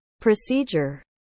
Procedure